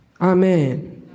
Amen